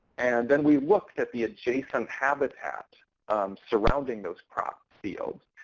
and then we looked at the adjacent habitat surrounding those crop fields,